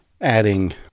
adding